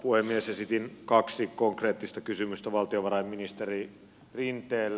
esitin kaksi konkreettista kysymystä valtiovarainministeri rinteelle